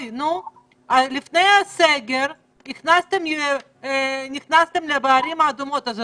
לפני הסגר נכנסתם בערים האדומות לישיבות